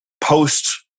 post